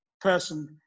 person